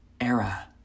era